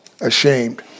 ashamed